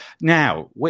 Now